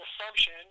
assumption